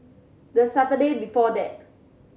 the Saturday before that